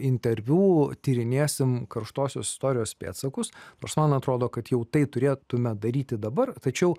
interviu tyrinėsim karštuosius istorijos pėdsakus nors man atrodo kad jau tai turėtume daryti dabar tačiau